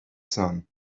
sun